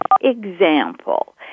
example